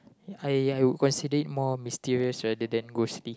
I I would consider it more mysterious rather than ghostly